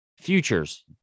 Futures